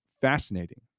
fascinating